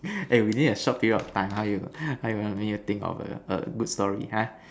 and within a short period of time how you how you want me to think of a good story ha